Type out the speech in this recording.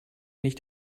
nicht